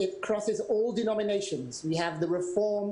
שזה חוצה את כל הזרמים: יש לנו את הרפורמים,